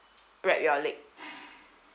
wrap your leg